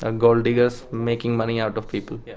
ah gold diggers making money out of people. yeah